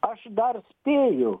aš dar spėju